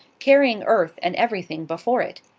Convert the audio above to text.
carrying earth and everything before it.